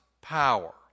power